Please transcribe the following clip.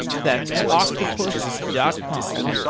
that's octopus dot com,